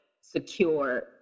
secure